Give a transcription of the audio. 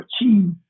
achieve